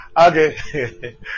Okay